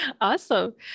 Awesome